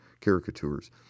caricatures